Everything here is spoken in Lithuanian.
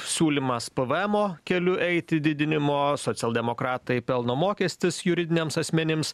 siūlymas pavaemo keliu eiti didinimo socialdemokratai pelno mokestis juridiniams asmenims